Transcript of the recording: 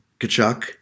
Kachuk